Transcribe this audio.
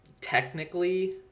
technically